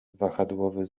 wahadłowy